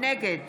נגד